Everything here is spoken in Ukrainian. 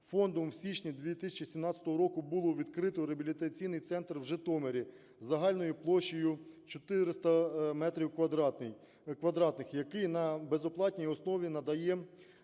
Фондом в січні 2017 року було відкрито реабілітаційний центр в Житомирі загальною площею 400 метрів квадратних, який на безоплатній основі надає